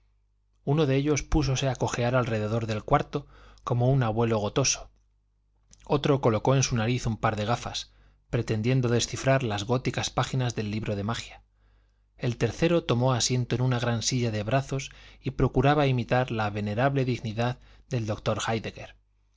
uno de ellos púsose a cojear alrededor del cuarto como un abuelo gotoso otro colocó en su nariz un par de gafas pretendiendo descifrar las góticas páginas del libro de magia el tercero tomó asiento en una gran silla de brazos y procuraba imitar la venerable dignidad del doctor